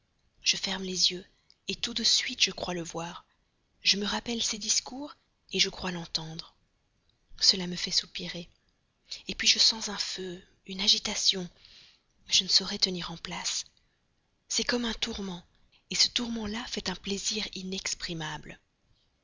je ferme les yeux tout de suite je crois le voir je me rappelle ses discours je crois l'entendre cela me fait soupirer puis je sens un feu une agitation je ne saurais tenir en place c'est comme un tourment ce tourment là fait un plaisir